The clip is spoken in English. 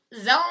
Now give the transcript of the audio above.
Zone